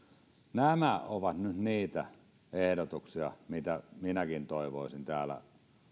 nämä ovat nyt niitä ehdotuksia mitä minäkin toivoisin täällä